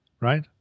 right